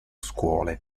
scuole